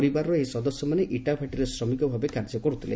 ପରିବାରର ଏହି ସଦସ୍ୟମାନେ ଇଟାଭାଟିରେ ଶ୍ରମିକଭାବେ କାର୍ଯ୍ୟ କରୁଥିଲେ